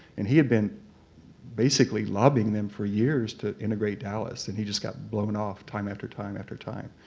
and he had been basically lobbying them for years to integrate dallas. and he just got blown off time after time after time.